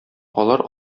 алар